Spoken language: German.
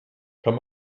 kann